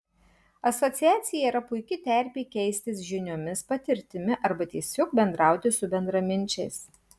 asociacija yra puiki terpė keistis žiniomis patirtimi arba tiesiog bendrauti su bendraminčiais